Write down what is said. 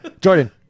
Jordan